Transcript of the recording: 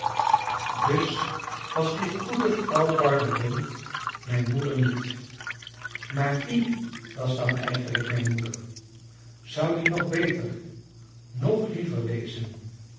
dus was die goede vrouw barberin mijn moeder niet maar wie was dan eigenlijk mijn moeder zou die nog beter nog liever wezen